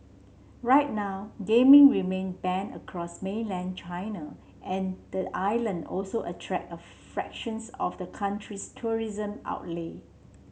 right now gaming remain banned across mainland China and the island also attract a fractions of the country's tourism outlay